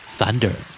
Thunder